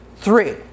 three